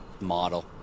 model